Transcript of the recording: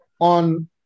on